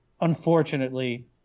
unfortunately